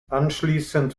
anschließend